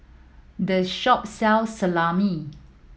this shop sells Salami